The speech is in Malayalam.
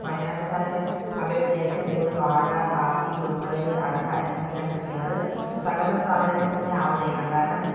വയനാട്ടുക്കാരെ അപേക്ഷിച്ച് ഏറ്റവും കൂടുതല് വാഴ കാപ്പി കുരുമുളക് അടയ്ക്ക എന്നൊക്കെയാണ് കൃഷി ചെയ്യുന്നത് അത് സഹകരണ സ്ഥാപനങ്ങൾ തന്നെ ആശ്രയിക്കണം കാരണം